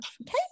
Okay